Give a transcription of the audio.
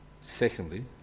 Secondly